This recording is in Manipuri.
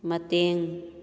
ꯃꯇꯦꯡ